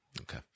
okay